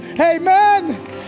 amen